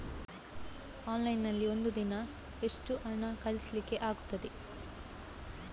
Online ನಲ್ಲಿ ಒಂದು ದಿನ ಎಷ್ಟು ಹಣ ಕಳಿಸ್ಲಿಕ್ಕೆ ಆಗ್ತದೆ?